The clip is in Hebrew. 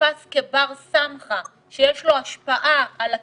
שנתפס כבר סמכא, שיש לו השפעה על הקהילה,